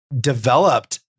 developed